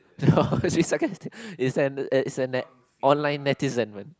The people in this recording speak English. she's sarcastic it's an it's a net online netizen man